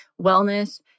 wellness